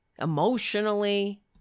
emotionally